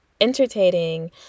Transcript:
entertaining